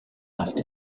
left